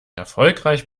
erfolgreich